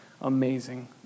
amazing